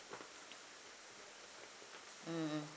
mm mm